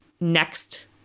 next